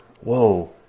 whoa